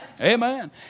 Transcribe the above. Amen